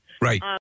Right